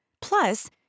Plus